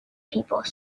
people